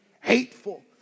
hateful